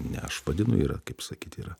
ne aš vadinu yra kaip sakyt yra